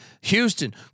Houston